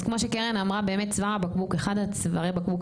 אז כמו שקרן אמרה באמת צוואר הבקבוק אחד הצווארי בקבוק